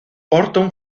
orton